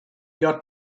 your